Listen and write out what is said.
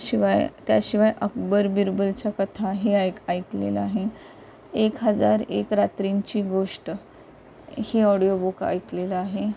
शिवाय त्याशिवाय अकबर बिरबलच्या कथा हे ऐक ऐकलेलं आहे एक हजार एक रात्रींची गोष्ट हे ऑडिओ बुक ऐकलेलं आहे